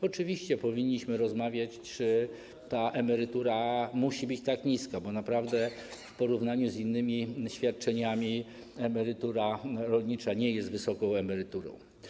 Oczywiście powinniśmy rozmawiać, czy ta emerytura musi być tak niska, bo naprawdę w porównaniu z innymi świadczeniami emerytura rolnicza nie jest wysoką emeryturą.